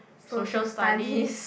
Social Studies